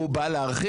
הוא בא להרחיק.